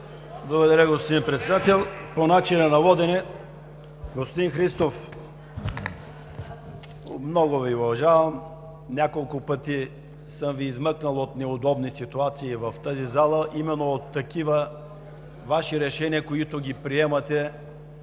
Благодаря, господин Председател. По начина на водене. Господин Христов, много Ви уважавам, няколко пъти съм Ви измъквал от неудобни ситуации в тази зала именно от такива Ваши решения, които приемате,